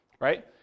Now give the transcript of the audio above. right